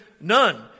none